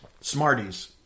Smarties